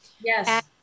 yes